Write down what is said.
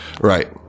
right